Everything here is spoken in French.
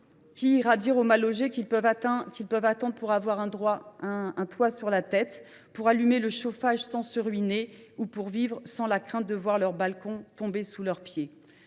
qui ira dire aux mal logés qu’ils peuvent attendre pour avoir un toit sur leur tête, pour allumer le chauffage sans se ruiner, ou pour vivre sans la crainte de voir leur balcon tomber sous leurs pieds